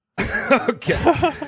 Okay